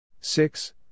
Six